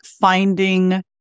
finding